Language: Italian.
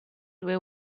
due